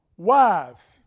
Wives